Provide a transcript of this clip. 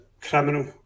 criminal